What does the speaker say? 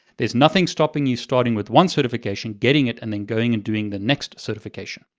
there's nothing stopping you starting with one certification, getting it, and then going and doing the next certification.